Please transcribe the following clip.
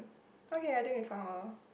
okay I think we found all